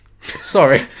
Sorry